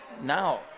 Now